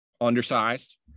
Undersized